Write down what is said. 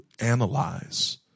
analyze